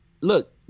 look